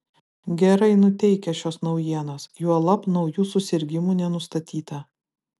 gerai nuteikia šios naujienos juolab naujų susirgimų nenustatyta